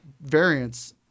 variance –